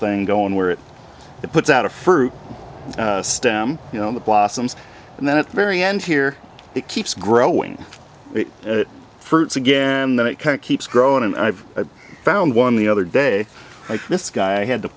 thing going where it puts out a fur stem you know the blossoms and then at the very end here it keeps growing fruits again that it kind of keeps growing and i've found one the other day this guy i had to